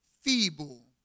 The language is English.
feeble